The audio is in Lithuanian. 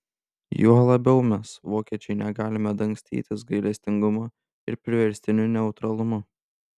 juo labiau mes vokiečiai negalime dangstytis gailestingumu ir priverstiniu neutralumu